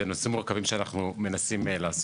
אלו נושאים מורכבים שאנחנו מנסים לעשות,